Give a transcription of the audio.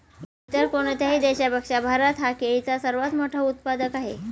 इतर कोणत्याही देशापेक्षा भारत हा केळीचा सर्वात मोठा उत्पादक आहे